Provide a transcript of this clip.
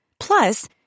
Plus